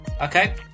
Okay